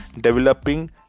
developing